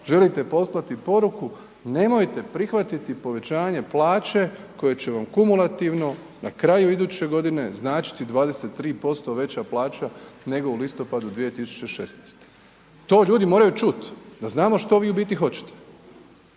želite poslati poruku nemojte prihvatiti povećanje plaće koje će vam kumulativno, na kraju iduće godine, značiti 23% veća plaća nego u listopadu 2016.? To ljudi moraju čut, da znamo što vi u biti hoćete.